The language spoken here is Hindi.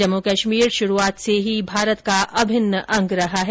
जम्मू कश्मीर शुरूआत से भारत का अभिन्न अंग रहा है